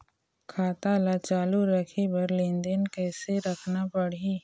खाता ला चालू रखे बर लेनदेन कैसे रखना पड़ही?